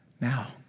Now